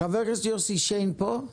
חבר הכנסת יוסי שיין פה?